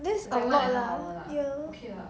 that's a lot lah ya